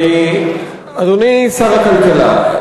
אדוני שר הכלכלה,